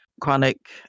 chronic